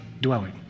dwelling